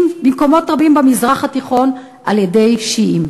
במקומות רבים במזרח התיכון על-ידי שיעים.